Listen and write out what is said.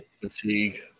Fatigue